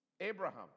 Abraham